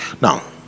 Now